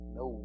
no